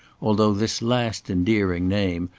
although this last endearing name,